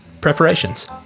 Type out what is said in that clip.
preparations